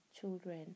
children